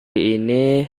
ini